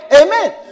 Amen